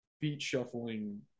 feet-shuffling